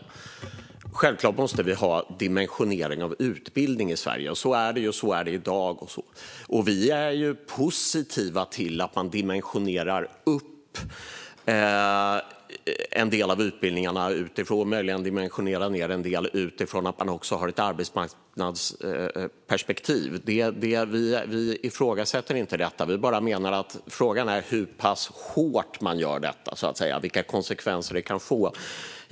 Självklart måste vi ha dimensionering av utbildning i Sverige. Så är det i dag, och vi är positiva till att man dimensionerar upp en del utbildningar - och möjligen dimensionerar ned en del - utifrån att man också har ett arbetsmarknadsperspektiv. Vi ifrågasätter inte detta. Vi menar bara att frågan är hur pass hårt, så att säga, man gör detta och vilka konsekvenser det kan få.